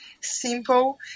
simple